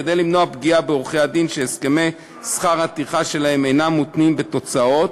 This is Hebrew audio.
כדי למנוע פגיעה בעורכי-דין שהסכמי שכר הטרחה שלהם אינם מותנים בתוצאות,